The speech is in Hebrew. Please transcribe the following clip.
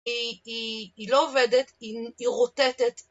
היא לא עובדת, היא רוטטת.